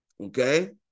Okay